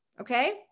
Okay